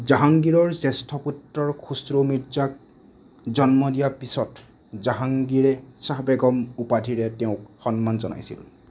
জাহাংগীৰৰ জ্যেষ্ঠ পুত্ৰ খুছৰ' মিৰ্জাক জন্ম দিয়াৰ পিছত জাহাংগীৰে শ্বাহ বেগম উপাধিৰে তেওঁক সন্মান জনাইছিল